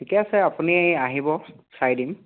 ঠিকে আছে আপুনি আহিব চাই দিম